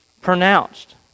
pronounced